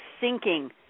sinking